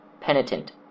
Penitent